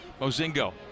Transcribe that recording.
Mozingo